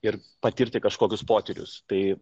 ir patirti kažkokius potyrius tai